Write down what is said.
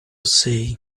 sei